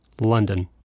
London